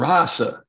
Rasa